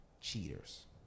Cheaters